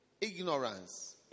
ignorance